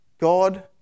God